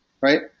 right